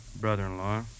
brother-in-law